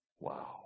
Wow